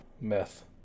Meth